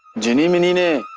genie meanie,